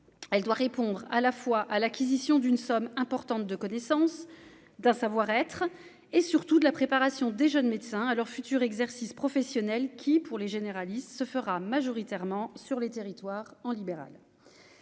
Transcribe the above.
elle doit répondre à la fois à l'acquisition d'une somme importante de connaissance d'un savoir-être et surtout de la préparation des jeunes médecins à leur futur exercice professionnel qui, pour les généralistes se fera majoritairement sur les territoires en libéral,